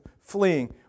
fleeing